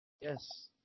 Yes